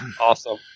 Awesome